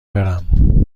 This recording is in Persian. برم